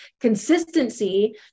consistency